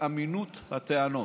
ואמינות הטענות.